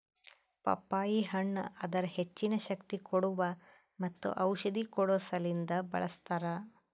ಪಪ್ಪಾಯಿ ಹಣ್ಣ್ ಅದರ್ ಹೆಚ್ಚಿನ ಶಕ್ತಿ ಕೋಡುವಾ ಮತ್ತ ಔಷಧಿ ಕೊಡೋ ಸಲಿಂದ್ ಬಳ್ಸತಾರ್